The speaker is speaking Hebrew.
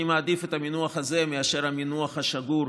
אני מעדיף את המינוח הזה מאשר המינוח השגור,